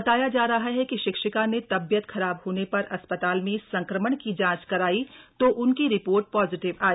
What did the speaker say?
बताया जा रहा है कि शिक्षिका ने तबियत खराब होने पर अस्पताल में संक्रमण की जांच कराई तो उनकी रिपोर्ट पॉजिटिव आई